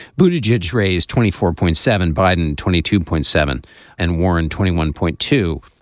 buti jej raised twenty four point seven, biden twenty two point seven and warren twenty one point two.